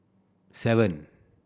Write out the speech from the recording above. seven